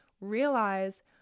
realize